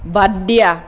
বাদ দিয়া